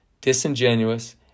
disingenuous